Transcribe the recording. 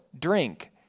Drink